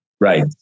right